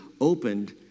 opened